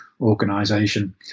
organization